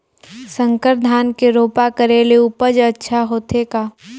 संकर धान के रोपा करे ले उपज अच्छा होथे का?